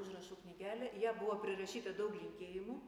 užrašų knygelę į ją buvo prirašyta daug linkėjimų